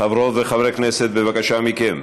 חברות וחברי הכנסת, בבקשה מכם,